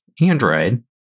Android